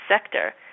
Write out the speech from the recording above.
sector